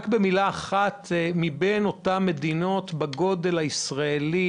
מבין אותן מדינות בגודל של ישראל,